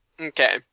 Okay